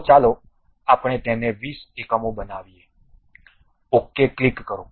તો ચાલો આપણે તેને 20 એકમો બનાવીએ OK ક્લિક કરો